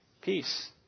peace